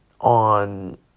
on